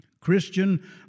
Christian